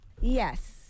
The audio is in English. Yes